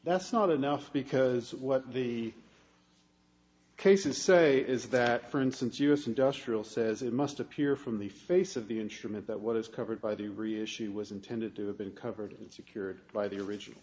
that's not enough because what the cases say is that for instance us industrial says it must appear from the face of the instrument that what is covered by the reissue was intended to have been covered in secured by the original